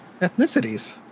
ethnicities